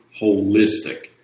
holistic